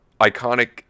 iconic